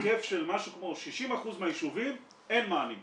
בהיקף של משהו כמו 60% מהיישובים אין מענים כרגע.